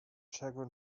chagrin